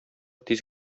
тиз